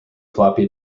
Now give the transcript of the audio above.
floppy